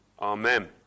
Amen